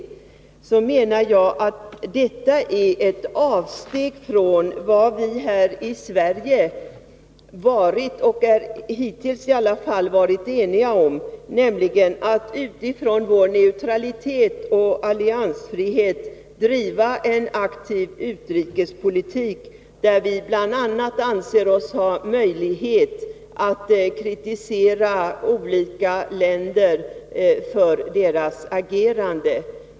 Jag menar att det är ett avsteg från vad vi här i Sverige i alla fall hittills varit eniga om, nämligen att utifrån vår neutralitet och alliansfrihet driva en aktiv utrikespolitik, där vi bl.a. anser oss ha möjlighet att kritisera olika länder för deras agerande.